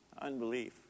unbelief